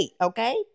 Okay